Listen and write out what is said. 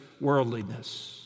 worldliness